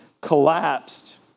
collapsed